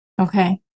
Okay